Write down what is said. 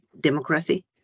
democracy